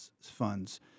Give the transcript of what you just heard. funds